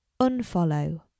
unfollow